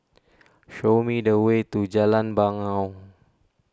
show me the way to Jalan Bangau